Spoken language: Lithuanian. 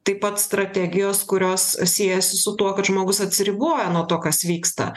taip pat strategijos kurios siejasi su tuo kad žmogus atsiriboja nuo to kas vyksta